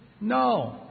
No